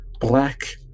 black